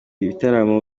ibitaramo